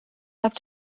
have